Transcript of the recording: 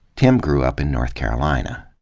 tim grew up in north carolina.